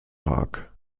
park